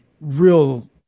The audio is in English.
real